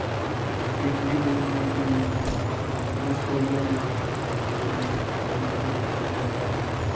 fit बी निं होंदे केईं अपना बिज़नस खोह्ल्ली लैंदे कोई गौरमैंट जॉब च चली जंदा